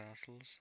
castles